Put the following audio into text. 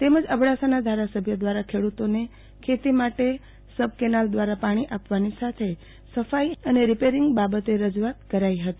તેમજ અબડાસાના ધારાસભ્ય દ્વારા ખેડૂતોને ખેતી માટે સબ કેનાલ દ્વારા પાણી આપવાની સાથે સફાઈ અને રીપેરીંગ બાબતે રજૂઆત કરાઈ હતી